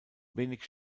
wenig